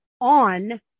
on